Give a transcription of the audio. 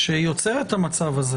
שיוצר את המצב הזה?